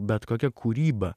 bet kokia kūryba